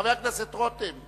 חבר הכנסת רותם,